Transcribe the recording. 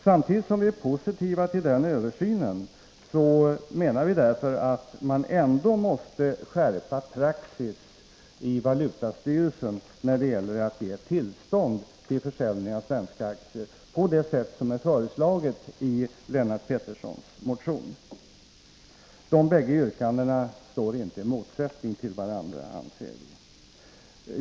Samtidigt som vi är positiva till översynen anser vi att man ändå, på det sätt som föreslagits i Lennart Petterssons motion, måste skärpa praxis i valutastyrelsen när det gäller att ge tillstånd till försäljning av svenska aktier. De bägge yrkandena står, enligt vår mening, inte i motsatsförhållande till varandra.